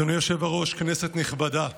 אדוני היושב-ראש, כנסת נכבדה,